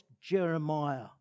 Jeremiah